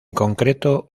concreto